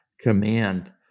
command